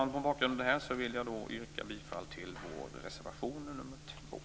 Mot denna bakgrund yrkar jag bifall till vår reservation 2.